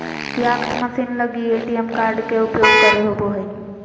kiosk machine लगी ATM card के उपयोग करे होबो हइ